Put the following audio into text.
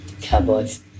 Cowboys